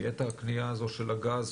תהיה את הקנייה הזו של הגז,